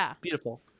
beautiful